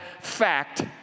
fact